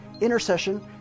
intercession